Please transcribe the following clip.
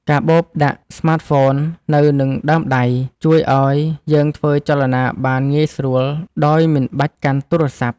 កាបូបដាក់ស្មាតហ្វូននៅនឹងដើមដៃ ជួយឱ្យយើងធ្វើចលនាបានងាយស្រួលដោយមិនបាច់កាន់ទូរសព្ទ។